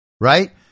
right